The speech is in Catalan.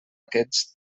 aquests